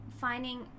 finding